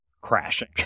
crashing